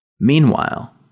Meanwhile